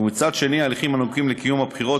ומצד שני ההליכים הנוגעים בקיום הבחירות